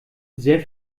sehr